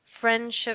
friendship